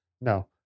No